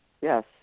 Yes